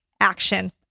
action